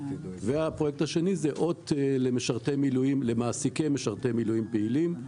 הפרויקט השני הוא אות למעסיקי משרתי מילואים פעילים.